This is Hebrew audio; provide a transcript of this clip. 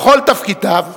בכל תפקידיו,